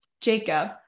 Jacob